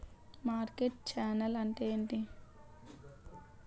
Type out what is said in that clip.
Market channel అంటే ఏంటి?